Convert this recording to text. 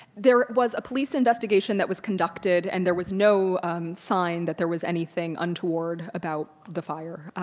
there was a police investigation that was conducted and there was no sign that there was anything untoward about the fire.